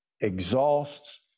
exhausts